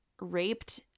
raped